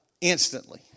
instantly